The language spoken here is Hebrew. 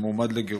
שמועמד לגירוש.